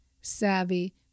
savvy